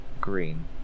green